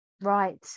Right